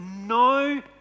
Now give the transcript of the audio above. no